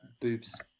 boobs